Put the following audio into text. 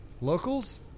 Locals